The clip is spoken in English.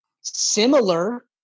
Similar